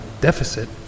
Deficit